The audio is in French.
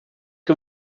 que